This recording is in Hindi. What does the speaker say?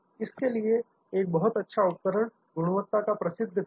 इसके लिए एक बहुत अच्छा उपकरण गुणवत्ता का प्रसिद्ध घर है